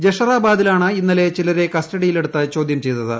ജഷറാബാദിലാണ് ഇന്നലെ ചിലരെ കസ്റ്റഡിയിലെടുത്ത് ചോദൃം ചെയ്തത്